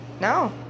no